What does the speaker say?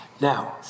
Now